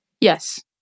Yes